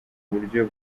buryo